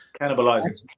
Cannibalizing